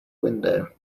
window